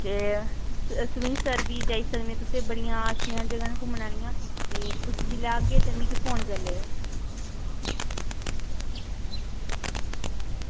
ते सरूईंसर बी जाई सकने न तुस बड़िया अच्छियां जगह न ते तुस जेल्लै आह्गे ते मिगी फोन करी लैयो